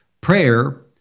Prayer